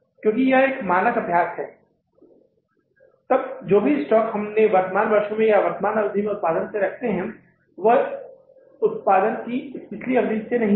क्योंकि यह मानक अभ्यास है तब जो भी स्टॉक आप वर्तमान वर्षों या वर्तमान अवधि के उत्पादन से रखते हैं वह इसके उत्पादन की पिछली अवधि से नहीं है